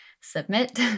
submit